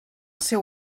seu